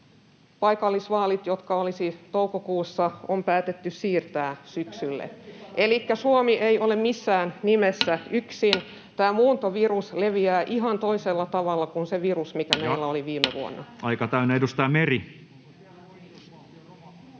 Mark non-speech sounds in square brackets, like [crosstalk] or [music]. paikallisvaalit, jotka olisivat toukokuussa, on päätetty siirtää syksylle. [Mika Niikon välihuuto] Elikkä Suomi ei ole missään nimessä [noise] yksin. Tämä muuntovirus leviää ihan toisella tavalla kuin se virus, mikä meillä oli viime vuonna. Ja aika täynnä. — Edustaja Meri.